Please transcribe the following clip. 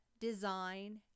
design